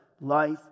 life